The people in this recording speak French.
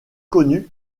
connu